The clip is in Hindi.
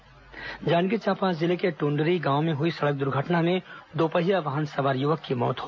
जांजगीर चांपा जिले के टुंडरी गांव में हुई सड़क दुर्घटना में दोपहिया वाहन सवार युवक की मौत हो